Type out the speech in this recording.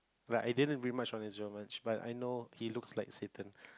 like I didn't read much on much but I know he looks like satan